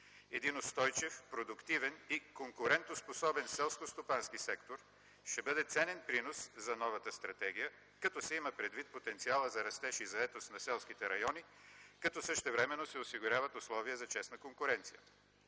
един устойчив, продуктивен и конкурентоспособен селскостопански сектор ще бъде ценен принос за новата стратегия, като се има предвид потенциалът за растеж и заетост на селските райони, като същевременно се осигуряват условия за честна конкуренция”.